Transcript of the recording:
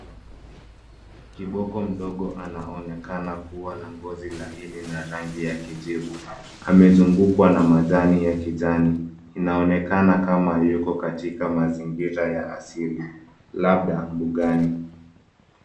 Kiboko mdogo anaonekana kuwa na ngozi la idi na rangi ya kijivu. Anaonekana kuzungukwa na majani ya kijani. Inaonekana kuwa hayuko kwa mazingira ya kiasili, labda mbugani.